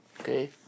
Okay